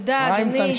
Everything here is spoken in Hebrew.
תודה, אדוני.